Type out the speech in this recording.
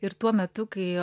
ir tuo metu kai